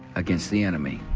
against the enemy.